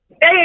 Hey